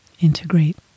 integrate